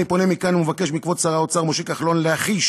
אני פונה מכאן ומבקש מכבוד שר האוצר משה כחלון להחיש